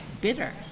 bitter